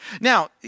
Now